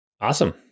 Awesome